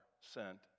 sent